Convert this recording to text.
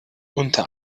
unter